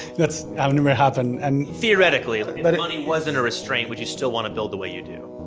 that's um never happened and theoretically, but if money wasn't a restraint, would you still want to build the way you do?